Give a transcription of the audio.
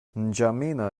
n’djamena